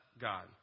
God